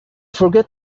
forget